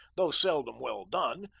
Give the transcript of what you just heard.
though seldom well done,